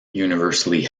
universally